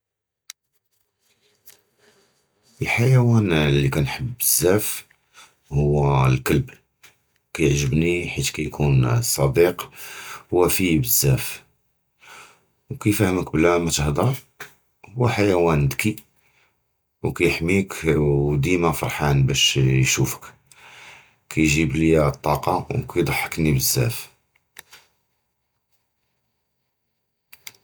אֶל-חַיָּוָן לִיּ כַּנְחַבּ בְּזַבַּא הִיָּא אֶל-כַּלְבּ, כַּיַּעְגְּבּנִי כִּיַּאש כַּיֻּקוּן סַדִיק וְפִי בְּזַבַּא, וְכִיַּפְהַם בְּלָא מַא תְּהַדְּר. הוּוּ חַיָּוָן זָכִי, וְכַיְּחַמִּיְּך וְדִימָא פַרְחָאן בְּשַׁא יִּשּׁוּפְך, כַּיְּגִ'יב לִיּ אֶל-טַּאקָּה, וְכַיְּדַחְכְּנִי בְּזַבַּא.